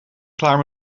klaar